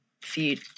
feed